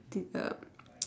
de~ uh